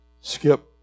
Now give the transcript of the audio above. skip